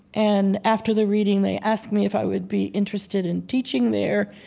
and after the reading, they asked me if i would be interested in teaching there.